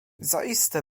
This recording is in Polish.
zaiste